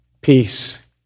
peace